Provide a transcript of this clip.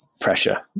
pressure